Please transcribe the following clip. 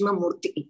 murti